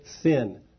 sin